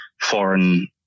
foreign